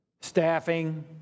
staffing